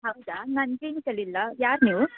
ಹೌದಾ ನಾನು ಕ್ಲಿನಿಕಲಿಲ್ಲ ಯಾರು ನೀವು